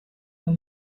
your